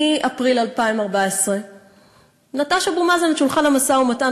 אם אתה רוצה להקשיב